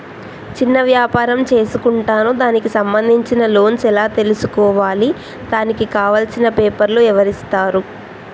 చిన్న వ్యాపారం చేసుకుంటాను దానికి సంబంధించిన లోన్స్ ఎలా తెలుసుకోవాలి దానికి కావాల్సిన పేపర్లు ఎవరిస్తారు?